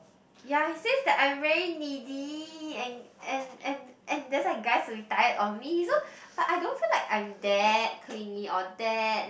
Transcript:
ya is just that I'm very needy and and and and that's why guys will be tired of me so but I don't feel like I'm that clingy or that